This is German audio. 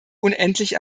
unendlich